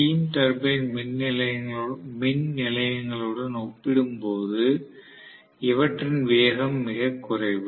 steam turbine மின் நிலையங்களுடன் ஒப்பிடும்போது இவற்றின் வேகம் மிக குறைவு